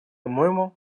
моему